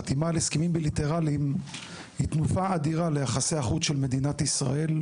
חתימה על הסכמים בילטרליים היא תנופה אדירה ליחסי החוץ של מדינת ישראל,